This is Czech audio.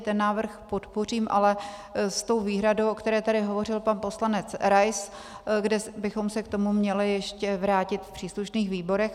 Ten návrh podpořím, ale s tou výhradou, o které tady hovořil pan poslanec Rais, kde bychom se k tomu měli ještě vrátit v příslušných výborech.